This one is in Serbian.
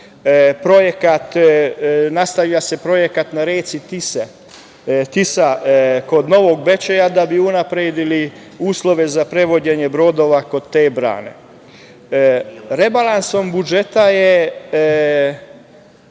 Horgoša, nastavlja se projekat na reci Tisi kod Novog Bečeja da bi unapredili uslove za prevođenje brodova kod te brane. Rebalansom budžeta je